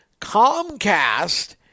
Comcast